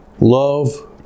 Love